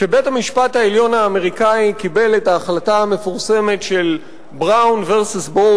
שבית-המשפט העליון האמריקני קיבל את ההחלטה המפורסמת של Brown v.